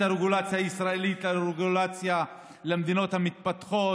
הרגולציה הישראלית לרגולציה במדינות המתפתחות.